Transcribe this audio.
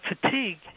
fatigue